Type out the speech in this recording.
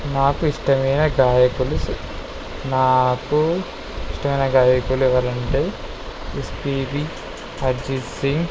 నాకు ఇష్టమైన గాయకులు నాకు ఇష్టమైన గాయకులు ఎవరంటే ఎస్పీ బీ అరిజిత్ సింగ్